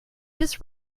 this